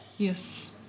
Yes